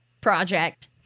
project